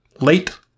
late